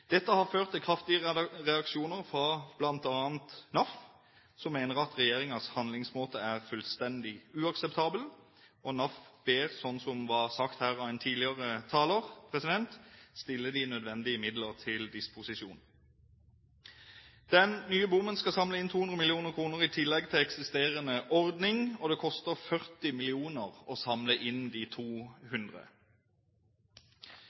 Dette har ført til kraftige reaksjoner fra bl.a. NAF, som mener at regjeringens handlemåte er fullstendig uakseptabel. NAF ber, som det ble sagt av en tidligere taler, om at man stiller de nødvendige midler til disposisjon. Den nye bommen skal samle inn 200 mill. kr i tillegg til eksisterende ordning, og det koster 40 mill. kr å samle inn de